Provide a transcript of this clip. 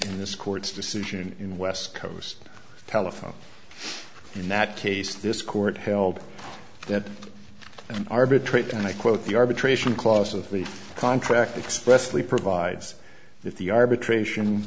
in this court's decision in west coast telephone in that case this court held that arbitrate and i quote the arbitration clause of the contract expressly provides that the arbitration